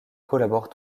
collabore